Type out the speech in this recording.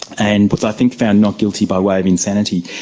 and was i think found not guilty by way of insanity.